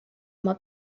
oma